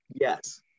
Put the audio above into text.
yes